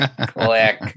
click